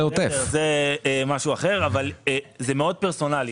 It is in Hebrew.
וזה מאוד פרסונלי.